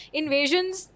invasions